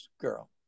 girl